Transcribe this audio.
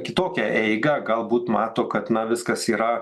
kitokią eigą galbūt mato kad na viskas yra